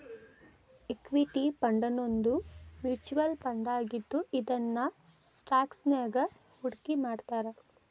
equity ಫಂಡನ್ನೋದು mutual ಫಂಡಾಗಿದ್ದು ಇದನ್ನ ಸ್ಟಾಕ್ಸ್ನ್ಯಾಗ್ ಹೂಡ್ಕಿಮಾಡ್ತಾರ